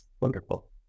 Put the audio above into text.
wonderful